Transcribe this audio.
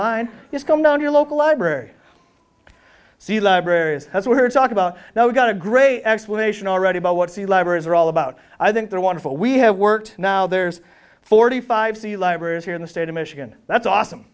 line just come down your local library see libraries as we're going to talk about now we've got a great explanation already about what c libraries are all about i think they're wonderful we have worked now there's forty five c libraries here in the state of michigan that's awesome